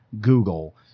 Google